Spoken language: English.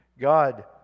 God